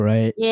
Right